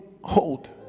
hold